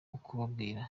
kubabwira